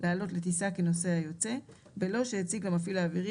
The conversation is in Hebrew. לעלות לטיסה כנוסע יוצא בלא שהציג למפעיל האווירי